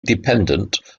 dependent